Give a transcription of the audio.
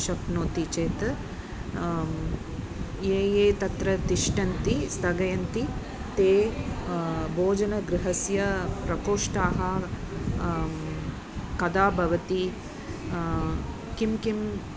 शक्नोति चेत् ये ये तत्र तिष्ठन्ति स्थगयन्ति ते भोजनगृहस्य प्रकोष्ठाः कदा भवति किं किम्